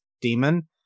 demon